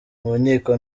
nkiko